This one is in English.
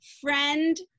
friend